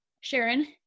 Sharon